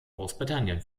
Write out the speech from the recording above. großbritannien